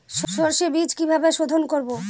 সর্ষে বিজ কিভাবে সোধোন করব?